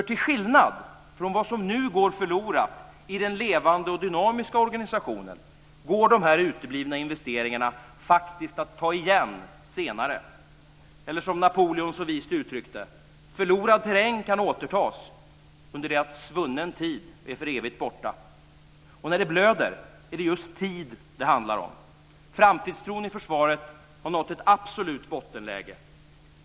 Till skillnad från det som nu går förlorat i den levande och dynamiska organisationen går de här uteblivna investeringarna faktiskt att ta igen senare, eller som Napoleon så vist uttryckte det: Förlorad terräng kan återtas under det att svunnen tid för evigt är borta. Och när det blöder är det just tid som det handlar om. Framtidstron i försvaret har nått ett absolut bottenläge.